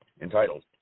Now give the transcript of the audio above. entitled